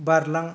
बारलां